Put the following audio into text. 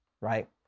right